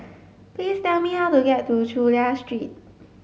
please tell me how to get to Chulia Street